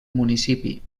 municipi